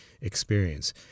experience